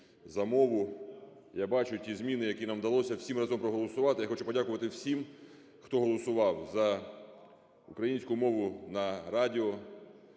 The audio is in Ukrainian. "За мову!", я бачу ті зміни, які нам вдалося всім разом проголосувати. Я хочу подякувати всім, хто голосував за українську мову на радіо,